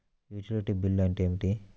Utility bill అంటే ఏమిటి?